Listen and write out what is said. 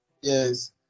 yes